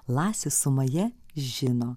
lasis su maja žino